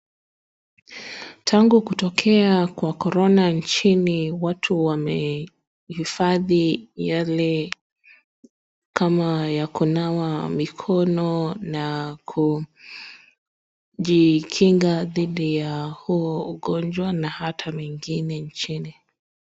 Tangu kutokea kwa korona nchini watu wamehifadhi yale kama ya kunawa mikono, na kujikinga dhidi ya huo ugonjwa, na hata mengine nchini.